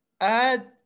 Add